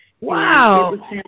Wow